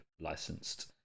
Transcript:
licensed